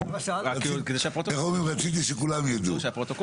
רציתי שכולם ידעו.